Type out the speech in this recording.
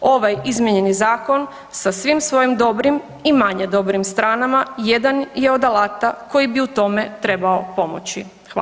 Ovaj izmijenjeni Zakon sa svim svojim dobrim i manje dobrim stranama, jedan je od alata koji bi u tome trebao pomoći.